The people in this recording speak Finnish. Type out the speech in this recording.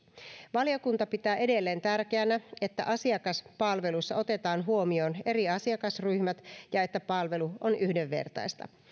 valiokunta pitää edelleen tärkeänä että asiakaspalvelussa otetaan huomioon eri asiakasryhmät ja että palvelu on yhdenvertaista